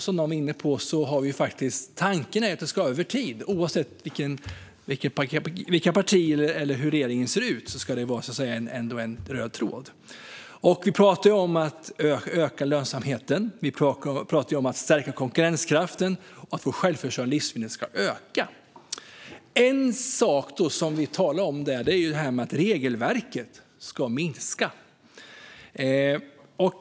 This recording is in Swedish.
Som någon var inne på är tanken att den över tid ska ha en röd tråd, oavsett vilka partier som finns här eller hur regeringen ser ut. Vi talade om att öka lönsamheten och stärka konkurrenskraften och om att vår självförsörjning av livsmedel ska öka. Något som vi då tog upp var att regelverket ska minska.